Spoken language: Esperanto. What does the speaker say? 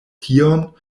tion